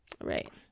Right